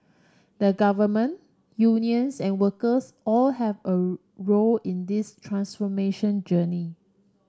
the government unions and workers all have a role in this transformation journey